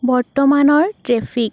বৰ্তমানৰ ট্ৰেফিক